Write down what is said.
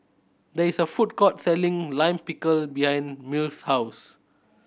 there is a food court selling Lime Pickle behind Mills' house